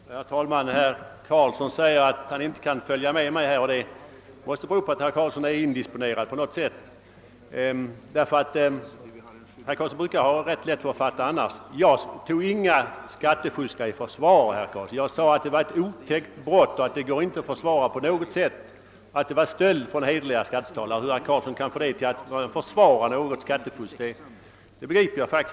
Herr talman! Herr Karlsson i Huddinge sade att han inte kunde hänga med i mina tankegångar. Det måste bero på att herr Karlsson är indisponerad på något sätt; han brukar ju annars ha ganska lätt för att fatta. Jag tog inte skattesmitarna i försvar, herr Karlsson! Jag sade att skattefusk är ett otäckt brott, som inte går att försvara. Det är stöld från hederliga skattebetalare. Hur herr Karlsson kan tolka det så att jag försvarade skattefusket begriper jag inte.